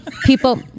people